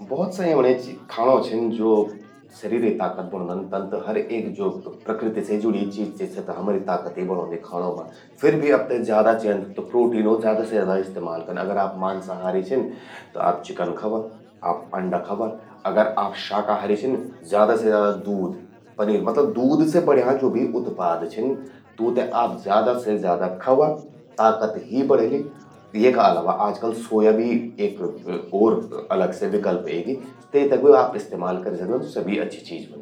भौत सा यमण्यें खाणों छिन ज्वो शरीरे ताकत बणौंदन। जन हर एक ज्वो प्रकृति से जुड़्यीं चीज छिन, स्वो त हमरि ताकते बणौंदिन खाणौं मां। फिर भी आपते ज्यादा चेंद त प्रोटीनो ज्यादा से ज्यादा इस्तेमाल कन। अगर आप मांसाहारी छिन त चिकन खावा, आप अंडा खावा। अगर आप शाकाहारी छिन त ज्यादा से ज्यादा दूध, पनीर...मतलब दूध से बण्यां ज्वो भी उत्पाद छिन, तूंते आप ज्यादा से ज्यादा खावा, ताकत ही बढ़ेलि। तेका अलावा आजकल सोया भी एक अलग से विकल्प एगी। ते ते भी आप इस्तेमाल करि सकदन, स्या भी अच्छी चीज ह्वोंदि।